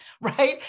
right